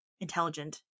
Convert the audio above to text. intelligent